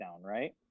right